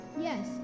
yes